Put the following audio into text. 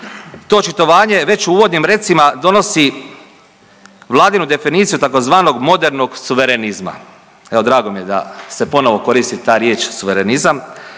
To očitovanje već u uvodnim recima donosi vladinu definiciju tzv. modernog suverenizma. Evo drago mi je da se ponovo koristi ta riječ suverenizam,